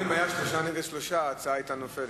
גם אם היה שלושה נגד שלושה ההצעה היתה נופלת.